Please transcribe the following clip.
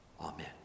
Amen